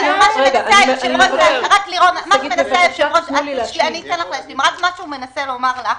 לירון, היושב-ראש מנסה לומר לך